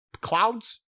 clouds